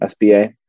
SBA